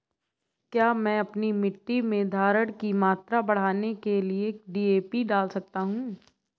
क्या मैं अपनी मिट्टी में धारण की मात्रा बढ़ाने के लिए डी.ए.पी डाल सकता हूँ?